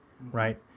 right